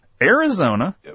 Arizona